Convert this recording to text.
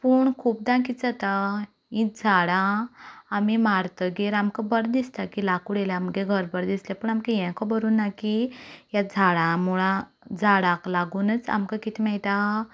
पूण खूबदां कितें जाता ही झाडां आमी मारतकच आमकां बरें दिसता की लाकूड आयलें आमगे घर बरें दिसलें पूण आमकां हें खबर उरना की ही झाडां मुळां झाडांक लागुनूच आमकां कितें मेळटा